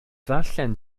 ddarllen